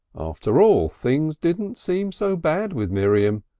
after all, things didn't seem so bad with miriam.